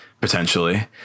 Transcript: potentially